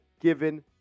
given